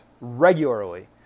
regularly